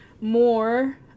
more